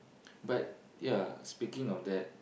but ya speaking of that